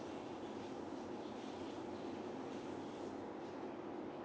mm